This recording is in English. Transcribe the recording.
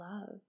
love